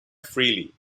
freely